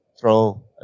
throw